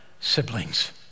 siblings